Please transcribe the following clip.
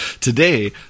Today